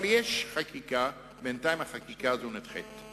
אבל יש חקיקה, ובינתיים החקיקה הזאת נדחית.